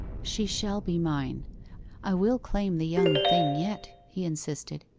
she shall be mine i will claim the young thing yet he insisted.